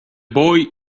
boy